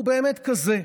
הוא באמת כזה,